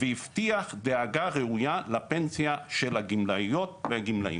והבטיח דאגה ראויה לפנסיה של הגמלאיות והגמלאים.